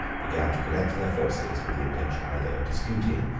began to collect their forces, with the intention either of disputing,